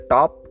Top